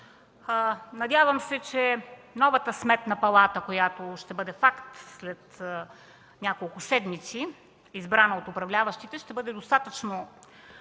Надявам се, че новата Сметна палата, която ще бъде факт след няколко седмици, избрана от управляващите, ще бъде достатъчно